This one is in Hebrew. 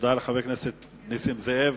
תודה לחבר הכנסת נסים זאב.